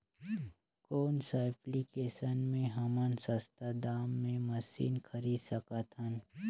कौन सा एप्लिकेशन मे हमन सस्ता दाम मे मशीन खरीद सकत हन?